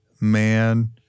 man